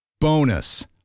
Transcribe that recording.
Bonus